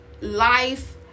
life